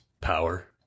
Power